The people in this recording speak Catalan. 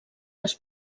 les